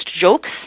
jokes